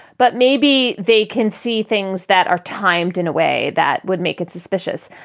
but maybe they can see things that are timed in a way that would make it suspicious.